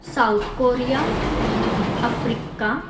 South Korea Africa